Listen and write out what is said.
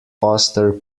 foster